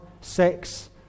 sex